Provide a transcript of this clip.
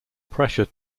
pressure